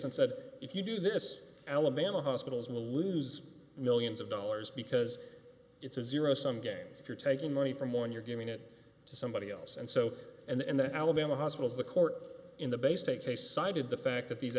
and said if you do this alabama hospitals will lose millions of dollars because it's a zero sum game if you're taking money from one you're giving it to somebody else and so and then alabama hospitals the court in the bay state case cited the fact that these